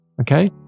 okay